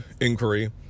inquiry